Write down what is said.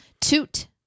Toot